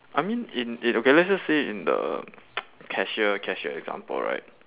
I mean in in okay let's just say in the cashier cashier example right